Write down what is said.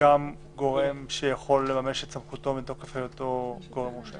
גם גורם שיכול לממש את סמכותו מתוקף היותו גורם מורשה.